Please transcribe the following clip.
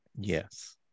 Yes